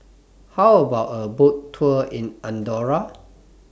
How about A Boat Tour in Andorra